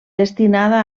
destinada